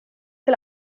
che